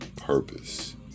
purpose